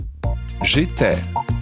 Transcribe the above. J'étais